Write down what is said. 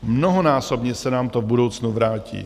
Mnohonásobně se nám to v budoucnu vrátí.